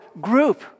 group